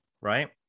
right